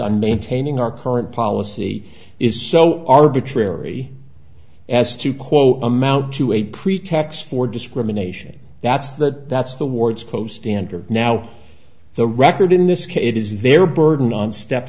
on maintaining our current policy is so arbitrary as to quote amount to a pretext for discrimination that's that that's the words close standard now the record in this case it is their burden on step